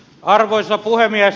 arvoisa puhemies